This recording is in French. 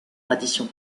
tradition